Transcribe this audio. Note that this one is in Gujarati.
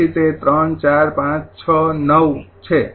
તેથી તે ૩૪૫૬૯ છે